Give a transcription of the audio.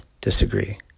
disagree